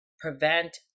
prevent